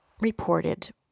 reported